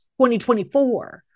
2024